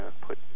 put